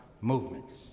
movements